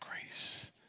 grace